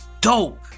dope